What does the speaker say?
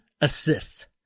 assists